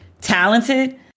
talented